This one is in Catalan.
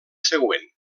següent